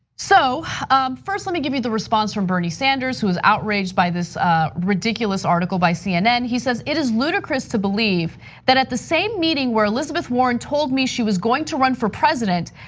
so first let me give you the response from bernie sanders, who was outraged by this ridiculous article by cnn. he says, it is ludicrous to believe that at the same meeting where elizabeth warren told me she was going to run for president,